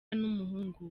n’umuhungu